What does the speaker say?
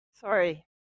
sorry